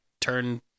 turn